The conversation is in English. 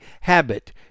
habit